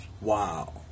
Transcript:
Wow